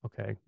okay